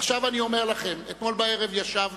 עכשיו אני אומר לכם, אתמול בערב ישבנו